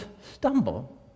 stumble